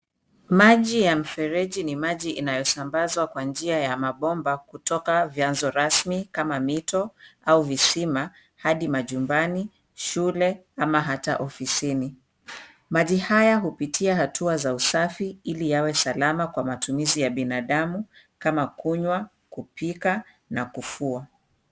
Maji ya mfereji ni maji inayosambazwa kwa njia ya mabomba kutoka vianzo rasmi, kama mito au visima hadi majumbani , shule ama hata ofisini. Maji haya hupitia hatua za usafi ili yawe salama kwa matumizi ya binadamu kama kunywa, kupika na kufua.